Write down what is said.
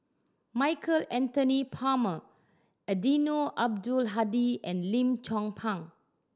Michael Anthony Palmer Eddino Abdul Hadi and Lim Chong Pang